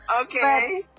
Okay